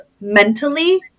mentally